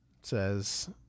says